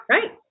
Right